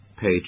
page